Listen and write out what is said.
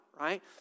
right